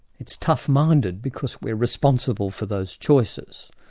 it's tough-minded because we're responsible for those choices,